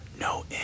no